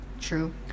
true